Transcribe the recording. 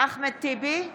אחמד טיבי,